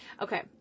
Okay